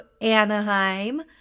Anaheim